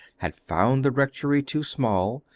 had found the rectory too small,